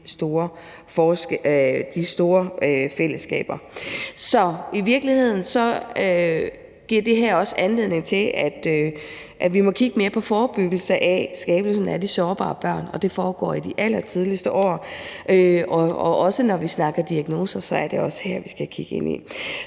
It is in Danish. til de store fællesskaber. Så i virkeligheden giver det her også anledning til, at vi må kigge mere på forebyggelse af at skabe de sårbare børn, og det foregår i de tidligste år. Også når vi snakker diagnoser, er det det her, vi skal kigge på.